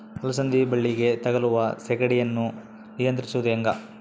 ಅಲಸಂದಿ ಬಳ್ಳಿಗೆ ತಗುಲುವ ಸೇಗಡಿ ಯನ್ನು ನಿಯಂತ್ರಿಸುವುದು ಹೇಗೆ?